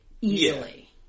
Easily